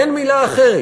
אין מילה אחרת.